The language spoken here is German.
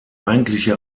eigentliche